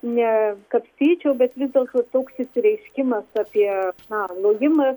ne kapstyčiau bet vis dėlto toks išsireiškimas apie tą lojimą